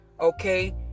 okay